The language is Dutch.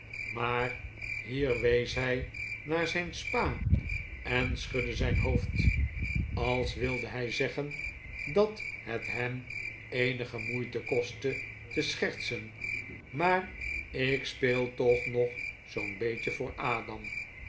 maar hier wees hij naar zijn spa en schudde zijn hoofd als wilde hij zeggen dat het hem eenige moeite kostte te schertsen maar ik speel toch nog zoo'n beetje voor